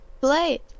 Play